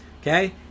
Okay